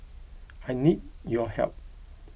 I need your help